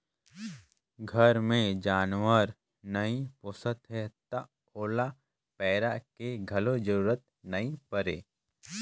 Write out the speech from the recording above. घर मे जानवर नइ पोसत हैं त ओला पैरा के घलो जरूरत नइ परे